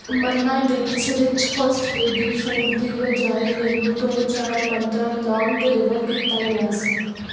ਮੰਨਾ dates rich first baby food ਦੀ ਬਜਾਏ ਮੈਨੂੰ ਦੋ ਚਾਰ ਮੰਤਰਾਂ ਲੌਂਗ ਡਿਲੀਵਰ ਕੀਤਾ ਗਿਆ ਸੀ